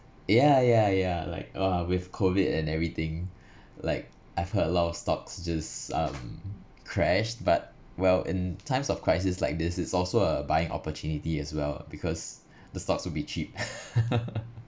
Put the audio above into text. ya ya ya like !wah! with COVID and everything like I've heard a lot of stocks just um crashed but well in times of crisis like this is also a buying opportunity as well because the stocks will be cheap